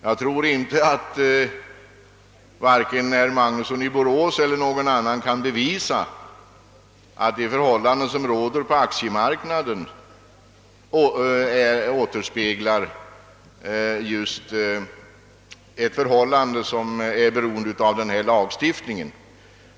Jag tror inte att vare sig herr Magnusson i Borås eller någon annan kan bevisa att de förhållanden som råder på aktiemarknaden återspeglar något som förorsakats av just ifrågavarande lagstiftning.